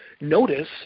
Notice